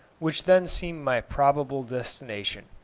which then seemed my probable destination.